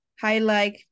highlight